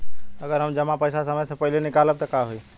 अगर हम जमा पैसा समय से पहिले निकालब त का होई?